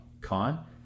con